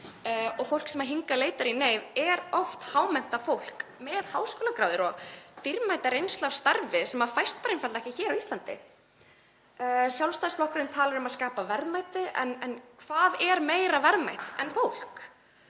Fólk sem hingað leitar í neyð er oft hámenntað fólk með háskólagráður og dýrmæta reynslu af starfi sem fæst einfaldlega ekki hér á Íslandi. Sjálfstæðisflokkurinn talar um að skapa verðmæti. En hvað er verðmætara en fólk?